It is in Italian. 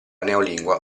neolingua